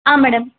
ಆಂ madam